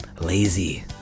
Lazy